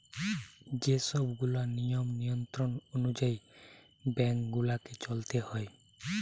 যে সব গুলা নিয়ম নিয়ন্ত্রণ অনুযায়ী বেঙ্ক গুলাকে চলতে হয়